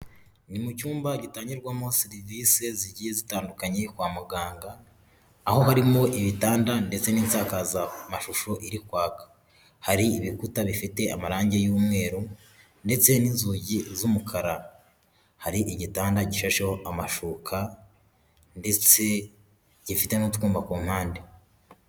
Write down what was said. Ni mu cyumba gitangirwagirwamo serivisi zigiye zitandukanye kwa muganga, aho harimo ibitanda ndetse n'isakazamashusho iri kwaka. Hari ibikuta bifite amarangi y'umweru ndetse n'inzugi z'umukara. Hari igitanda gifasheho amashuka, ndetse gifite n'utwumba ku mpande.